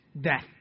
death